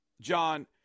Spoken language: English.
John